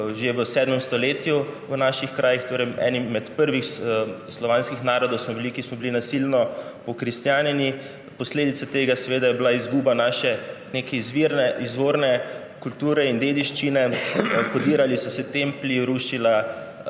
že v sedmem stoletju v naših krajih. Bili smo eni prvih slovanskih narodov, ki smo bili nasilno pokristjanjeni. Posledica tega je seveda bila izguba neke naše izvorne kulture in dediščine, podirali so se templji, rušila